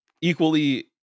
equally